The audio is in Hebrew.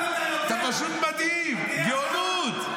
אתה פשוט מדהים, גאונות.